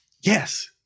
Yes